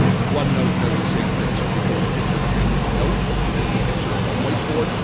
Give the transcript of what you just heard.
one note does the same thing. so if you take a picture of a handwritten note, if you take a picture of a whiteboard,